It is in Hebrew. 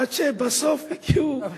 עד שבסוף הגיעו,